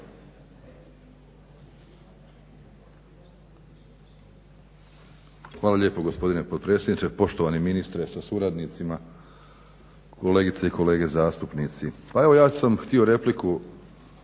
Hvala lijepo gospodine potpredsjedniče, poštovani ministre sa suradnicima, kolegice i kolege zastupnici. Pa evo ja sam htio repliku,